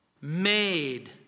made